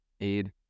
aid